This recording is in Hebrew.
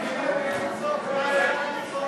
דיברו לפני על כמה תלונות הוגשו בעניין עינויים